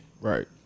Right